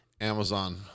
Amazon